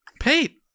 Pete